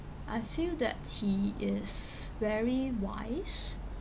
I feel that he is very wise